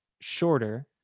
shorter